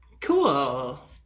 cool